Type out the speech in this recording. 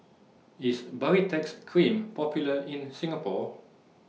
IS Baritex Cream Popular in Singapore